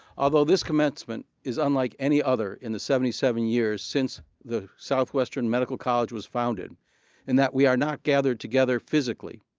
although this commencement is unlike any other in the seventy seven years since the southwestern medical college was founded in that we are not gathered together physically,